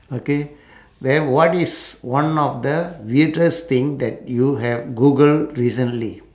okay then what is one of the weirdest thing that you have googled recently